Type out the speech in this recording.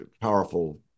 powerful